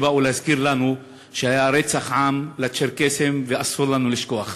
שבאו להזכיר לנו שהיה רצח עם לצ'רקסים ואסור לנו לשכוח.